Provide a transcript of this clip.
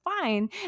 fine